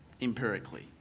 empirically